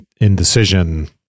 indecision